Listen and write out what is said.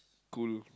cool